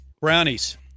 Brownies